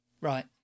right